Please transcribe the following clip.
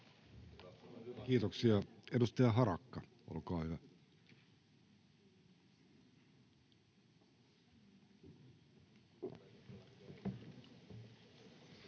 Kiitoksia. — Edustaja Harakka, olkaa hyvä.